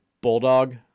bulldog